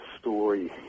story